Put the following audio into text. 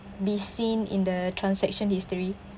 be seen in the transaction history